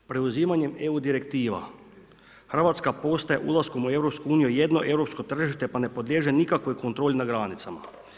Preuzimanjem eu direktiva Hrvatska postaje ulaskom u EU jedno europsko tržište pa ne podliježe nikakvoj kontroli na granicama.